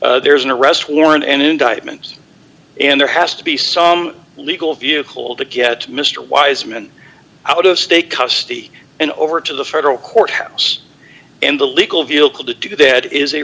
there's an arrest warrant and indictment and there has to be some legal vehicle to get mr wiseman out of state custody and over to the federal courthouse in the legal vehicle to do the head is a